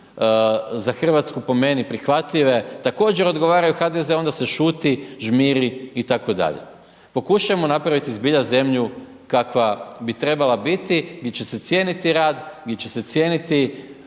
za Hrvatsku po meni prihvatljive također odgovaraju HDZ-u onda se šuti, žmiri itd. Pokušajmo napraviti zbilja zemlju kakva bi trebala biti, gdje će se cijeniti rad, gdje će se cijeniti